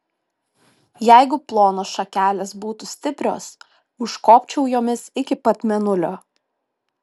jeigu plonos šakelės būtų stiprios užkopčiau jomis iki pat mėnulio